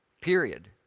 period